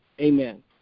Amen